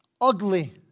ugly